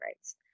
rights